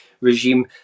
regime